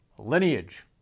lineage